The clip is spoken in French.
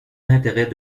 intérêts